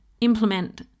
implement